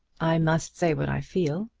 i must say what i feel.